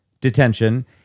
detention